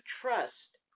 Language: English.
trust